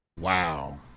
Wow